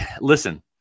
listen